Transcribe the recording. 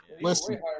Listen